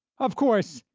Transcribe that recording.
of course,